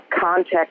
context